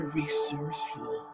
resourceful